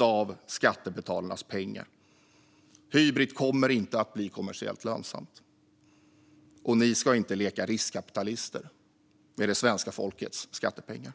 av skattebetalarnas pengar. Hybrit kommer inte att bli kommersiellt lönsamt. Och ni ska inte leka riskkapitalister för svenska folkets skattepengar.